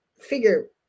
figure